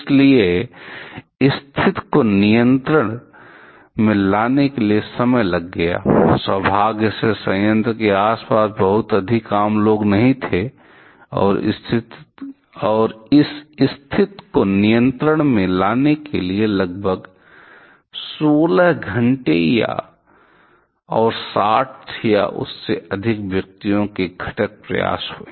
इसलिए स्थिति को नियंत्रण में लाने में काफी समय लग गया सौभाग्य से संयंत्र के आस पास बहुत अधिक आम लोग नहीं थे और इस स्थिति को नियंत्रण में लाने के लिए लगभग 16 घंटे और 60 या उससे अधिक व्यक्तियों के घटक प्रयास हुए